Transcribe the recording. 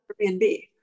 Airbnb